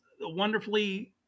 wonderfully